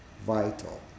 vital